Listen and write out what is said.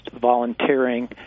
volunteering